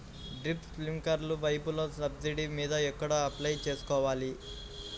Drip, స్ప్రింకర్లు పైపులు subsidy మీద ఎక్కడ అప్లై చేసుకోవాలి?